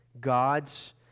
God's